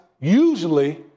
usually